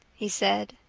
he said.